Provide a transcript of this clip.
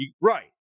Right